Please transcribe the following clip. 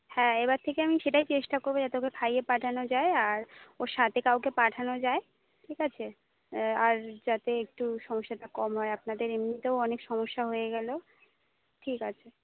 হ্যাঁ এবার থেকে আমি সেটাই চেষ্টা করবো যাতে ওকে খাইয়ে পাঠানো যায় আর ওর সাথে কাউকে পাঠানো যায় ঠিক আছে আর যাতে একটু সমস্যাটা কম হয় আপনাদের এমনিতেও অনেক সমস্যা হয়ে গেল ঠিক আছে